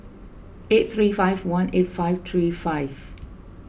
eight three five one eight five three five